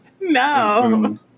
No